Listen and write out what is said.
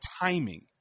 timing